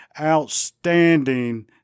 Outstanding